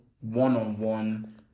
one-on-one